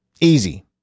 Easy